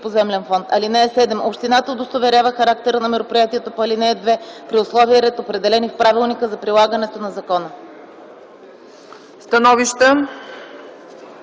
поземлен фонд. (7) Общината удостоверява характера на мероприятието по ал. 2 при условия и ред, определени в правилника за прилагането на закона.”